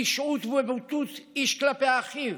רשעות ובוטות של איש כלפי אחיו